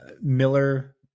miller